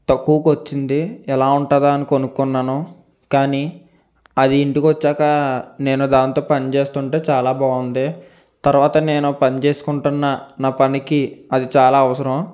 తక్కువకు వచ్చింది ఎలా ఉంటుందా అని కొనుకున్నాను కానీ అది ఇంటికి వచ్చాక నేను దాంతో పనిచేస్తుంటే చాలా బాగుంది తర్వాత నేను పని చేసుకుంటున్న నా పనికి అది చాలా అవసరం